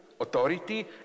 authority